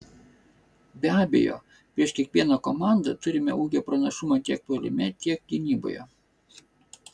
be abejo prieš kiekvieną komandą turime ūgio pranašumą tiek puolime tiek gynyboje